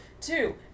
Two